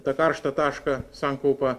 tą karštą tašką sankaupą